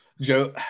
Joe